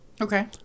Okay